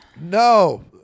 No